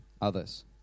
others